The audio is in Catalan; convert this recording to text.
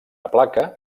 placa